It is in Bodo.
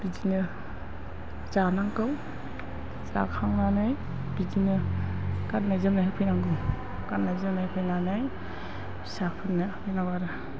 बिदिनो जानांगौ जाखांनानै बिदिनो गाननाय जोमनाय होफैनांगौ गाननाय जोमनाय होफैनानै फिसाफोरनो होफैनांगौ आरो